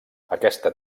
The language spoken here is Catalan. aquesta